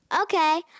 Okay